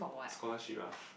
scholarship ah